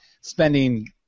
spending